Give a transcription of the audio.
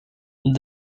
there